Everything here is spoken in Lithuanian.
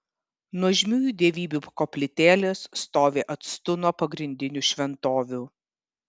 nuožmiųjų dievybių koplytėlės stovi atstu nuo pagrindinių šventovių